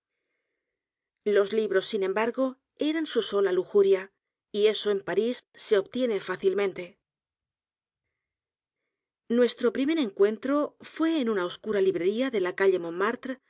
los libros sin embargo eran su sola lujuria y eso en p a r í s se obtiene fácilmente nuestro primer encuentro fué en una oscura librería de la calle